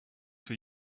for